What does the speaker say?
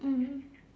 mm